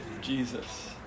Jesus